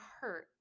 hurt